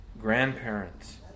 grandparents